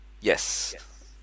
Yes